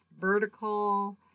vertical